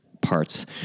parts